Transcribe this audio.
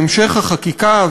בהמשך החקיקה,